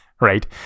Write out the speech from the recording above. right